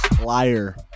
Liar